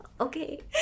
okay